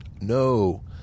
no